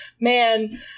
man